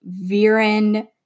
Viren